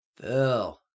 Phil